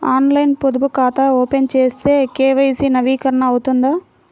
ఆన్లైన్లో పొదుపు ఖాతా ఓపెన్ చేస్తే కే.వై.సి నవీకరణ అవుతుందా?